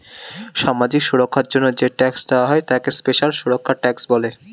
সামাজিক সুরক্ষার জন্য যে ট্যাক্স দেওয়া হয় তাকে সোশ্যাল সুরক্ষা ট্যাক্স বলে